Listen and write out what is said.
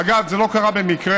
אגב, זה לא קרה במקרה.